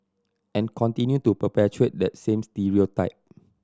and continue to perpetuate that same stereotype